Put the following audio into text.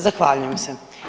Zahvaljujem se.